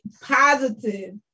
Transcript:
positive